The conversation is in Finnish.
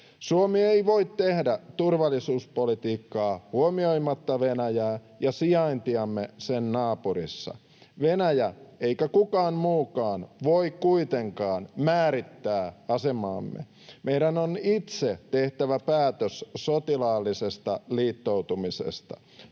Suomi ei voi tehdä turvallisuuspolitiikkaa huomioimatta Venäjää ja sijaintiamme sen naapurissa. Venäjä tai kukaan muukaan ei voi kuitenkaan määrittää asemaamme. Meidän on itse tehtävä päätös sotilaallisesta liittoutumisesta.